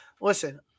listen –